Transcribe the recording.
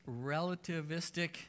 relativistic